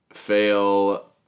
fail